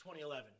2011